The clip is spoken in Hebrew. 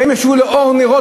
והם ישבו לאור נרות.